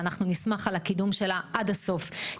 ואנחנו נשמח על הקידום שלה עד הסוף,